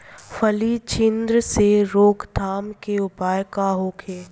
फली छिद्र से रोकथाम के उपाय का होखे?